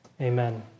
Amen